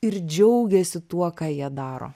ir džiaugiasi tuo ką jie daro